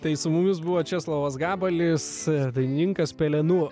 tai su mumis buvo česlovas gabalis dainininkas pelenų